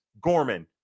Gorman